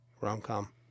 Rom-com